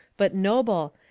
but noble,